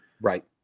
Right